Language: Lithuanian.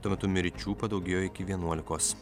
tuo metu mirčių padaugėjo iki vienuolikos